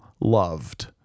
loved